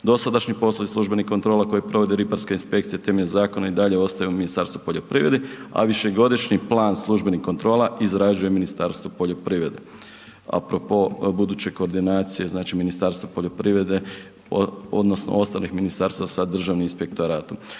Dosadašnji poslovi službenih kontrola koje provode ribarske inspekcije temeljem zakona i dalje ostaje u Ministarstvu poljoprivrede, a višegodišnji plan službenih kontrola izrađuje Ministarstvo poljoprivrede. Apropo buduće koordinacije, znači Ministarstva poljoprivrede, odnosno ostalih ministarstva sa Državnim inspektoratom.